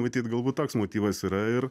matyt galbūt toks motyvas yra ir